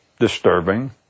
disturbing